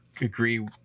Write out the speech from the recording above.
agree